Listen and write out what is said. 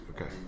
okay